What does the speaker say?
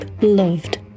loved